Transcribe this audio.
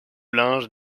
linge